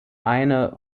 eine